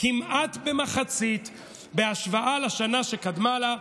כמעט במחצית בהשוואה לשנה שקדמה לה,